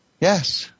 Yes